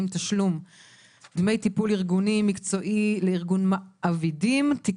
(תשלום דמי טיפול ארגוני - מקצועי לארגון מעבידים)(תיקון),